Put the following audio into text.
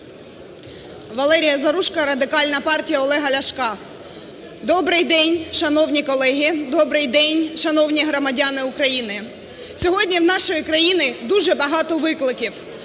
Валерія Заружко, Радикальна партія Олега Ляшка. Добрий день, шановні колеги! Добрий день, шановні громадяни України! Сьогодні в нашої країни дуже багато викликів,